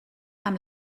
amb